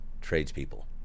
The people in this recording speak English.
tradespeople